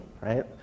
right